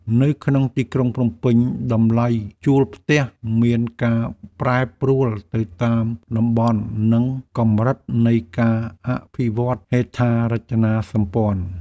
នៅក្នុងទីក្រុងភ្នំពេញ តម្លៃជួលផ្ទះមានការប្រែប្រួលទៅតាមតំបន់ និងកម្រិតនៃការអភិវឌ្ឍន៍ហេដ្ឋារចនាសម្ព័ន្ធ។